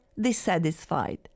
dissatisfied